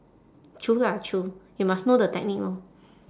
true lah true you must know the technique lor